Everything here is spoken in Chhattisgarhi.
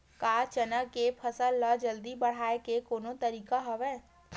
का चना के फसल ल जल्दी बढ़ाये के कोनो तरीका हवय?